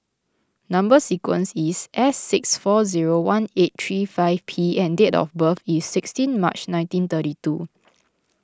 Number Sequence is S six four zero one eight three five P and date of birth is sixteen March nineteen thirty two